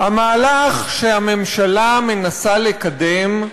המהלך שהממשלה מנסה לקדם,